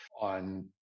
on